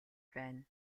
байна